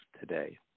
today